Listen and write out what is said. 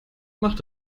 macht